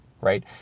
right